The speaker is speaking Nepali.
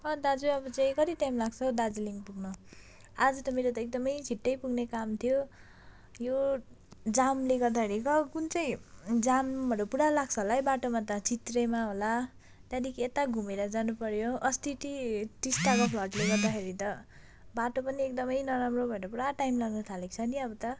अँ दाजु अझै कति टाइम लाग्छ हौ दार्जिलिङ पुग्न आज त मेरो त एकदमै छिट्टै पुग्ने काम थियो यो जामले गर्दाखेरि कुन चाहिँ जामहरू पुरा लाग्छ होला है बाटोमा त चित्रेमा होला त्यहाँदेखि यता घुमेर जानुपर्यो अस्ति ती टिस्टाको फ्लडले गर्दाखेरि त बाटो पनि एकदमै नराम्रो बर पुरा टाइम लाग्न थालेको छ नि अब त